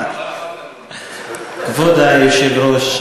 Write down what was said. כבוד היושב-ראש,